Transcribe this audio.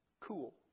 cool